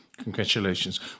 Congratulations